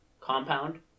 compound